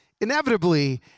inevitably